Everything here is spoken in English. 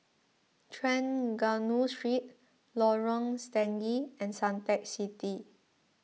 Trengganu Street Lorong Stangee and Suntec City